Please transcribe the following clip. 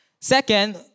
Second